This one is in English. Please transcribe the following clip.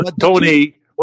Tony